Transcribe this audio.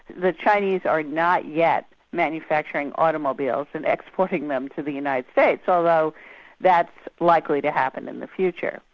the chinese are not yet manufacturing automobiles and exporting them to the united states, although that's likely to happen in the future.